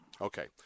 Okay